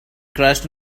crashed